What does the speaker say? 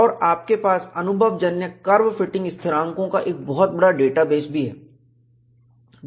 और इसके पास अनुभवजन्य कर्व फिटिंग स्थिरांको का एक बहुत बड़ा डेटाबेस भी है